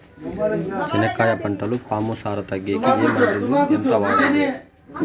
చెనక్కాయ పంటలో పాము సార తగ్గేకి ఏ మందులు? ఎంత వాడాలి?